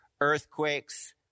earthquakes